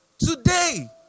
today